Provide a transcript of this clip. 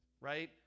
right